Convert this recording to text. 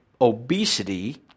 obesity